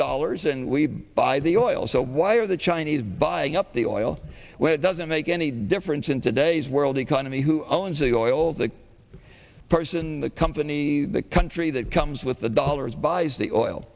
dollars and we buy the oil so why are the chinese buying up the oil when it doesn't make any difference in today's world economy who owns the oil the person the company the country that comes with the dollars buys the oil